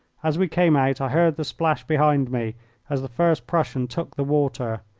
as we came out i heard the splash behind me as the first prussian took the water.